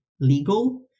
legal